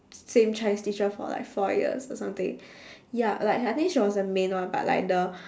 same chinese teacher for like four years or something ya like I think she was the main one but like the